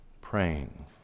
praying